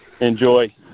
enjoy